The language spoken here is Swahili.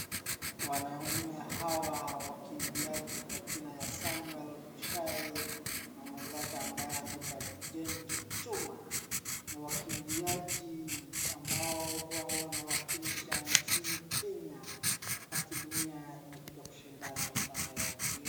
Wanaume hawa wakiambiaji kwa jina ya Samuel Mushai na mwenzake ambaye anaitwa Jane Kipchuma ni wakiambiaji ambao wanawakilisha nchini Kenya wakati dunia imekuja kushindana upande wa mbio.